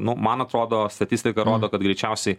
nu man atrodo statistika rodo kad greičiausiai